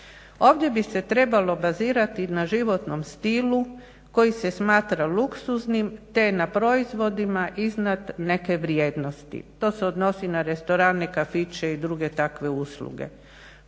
Ovdje bi se trebalo bazirati na životnom stilu koji se smatra luksuznim te na proizvodima iznad neke vrijednosti, to se odnosi na restorane, kafiće i druge takve usluge.